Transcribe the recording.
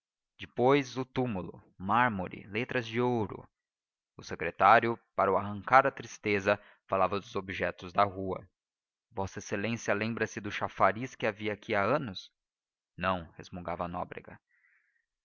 depois o túmulo mármore letras de ouro o secretário para o arrancar à tristeza falava dos objetos da rua v exa lembra-se do chafariz que havia aqui há anos não resmungava nóbrega